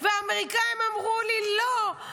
והאמריקאים אמרו לי לא.